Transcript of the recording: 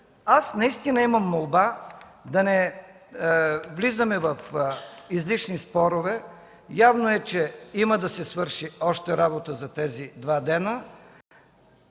Аз наистина имам молба да не влизаме в излишни спорове. Явно е, че има да се свърши още работа за тези два дни.